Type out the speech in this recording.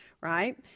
right